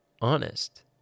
honest